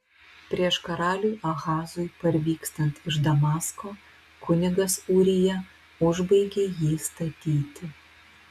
prieš karaliui ahazui parvykstant iš damasko kunigas ūrija užbaigė jį statyti